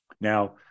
Now